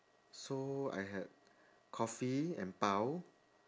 so I had coffee and bao